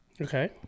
Okay